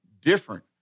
different